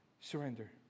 surrender